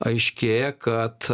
aiškėja kad